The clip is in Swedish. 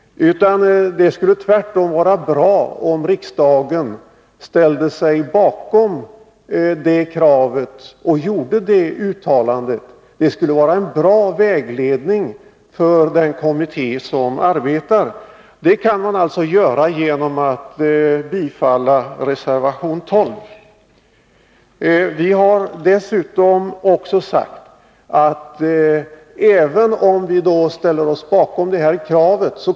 Det skulle tvärtom vara bra om riksdagen ställde sig bakom detta krav och gjorde ett sådant uttalande — det skulle vara en bra vägledning för den kommitté som arbetar. Och detta kan man alltså göra genom att bifalla reservation 12. Vi har vidare sagt att även om vi ställer oss bakom kravet på 30 kr.